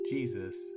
Jesus